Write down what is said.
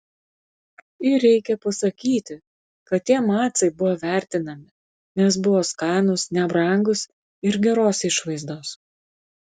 ir reikia pasakyti kad tie macai buvo vertinami nes buvo skanūs nebrangūs ir geros išvaizdos